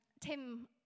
Tim